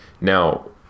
Now